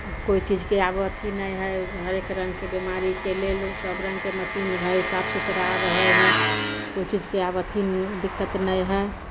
कोइ चीजके आब अथी नहि हइ हरेक रङ्गके बीमारीके लेल सब रङ्गके मशीन हइ साफ सुथरा रहय हइ उ चीजके आब अथी दिक्कत नहि हइ